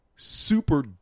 super